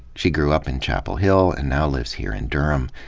she grew up in chapel hill and now lives here in durham.